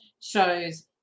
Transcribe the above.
shows